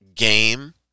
Game